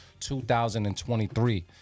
2023